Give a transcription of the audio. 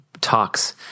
talks